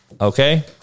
Okay